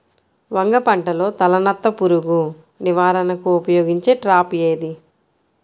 వంగ పంటలో తలనత్త పురుగు నివారణకు ఉపయోగించే ట్రాప్ ఏది?